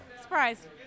Surprise